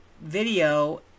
video